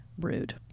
rude